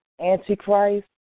antichrist